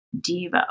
Devo